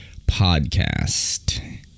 podcast